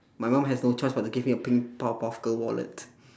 my mum has no choice but to give me a pink powerpuff girl wallet